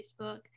Facebook